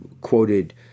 quoted